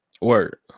Word